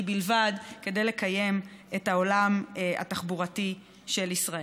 בלבד כדי לקיים את העולם התחבורתי של ישראל.